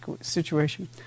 situation